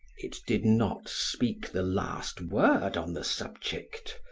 it did not speak the last word on the subject.